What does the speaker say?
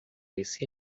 esse